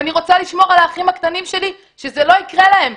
ואני רוצה לשמור על האחים הקטנים שלי שזה לא יקרה להם,